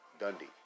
Dundee